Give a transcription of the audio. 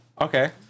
Okay